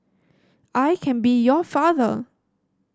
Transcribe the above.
I can be your father